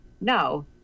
No